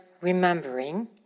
remembering